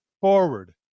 forward